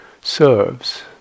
serves